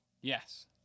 Yes